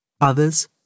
Others